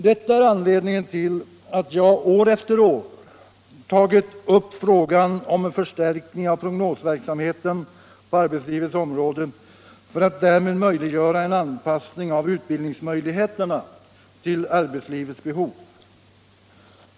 Detta är anledningen till att jag år efter år tagit upp frågan om en förstärkning av prognosverksamheten på arbetslivets område för att därmed möjliggöra en anpassning av utbildningsmöjligheterna till arbetslivets behov.